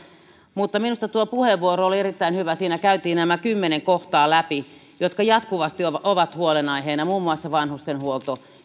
minusta tuo puheenvuoro oli erittäin hyvä siinä käytiin läpi nämä kymmenen kohtaa jotka jatkuvasti ovat huolenaiheina muun muassa vanhustenhuolto